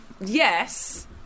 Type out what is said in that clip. Yes